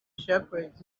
shepherds